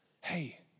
hey